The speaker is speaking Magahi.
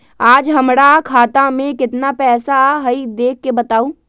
आज हमरा खाता में केतना पैसा हई देख के बताउ?